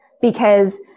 Because-